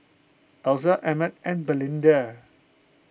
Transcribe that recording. Elza Emett and Belinda